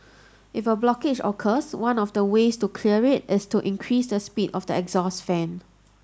if a blockage occurs one of the ways to clear it is to increase the speed of the exhaust fan